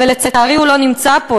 ולצערי הוא לא נמצא פה,